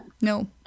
No